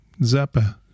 Zappa